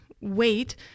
wait